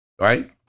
Right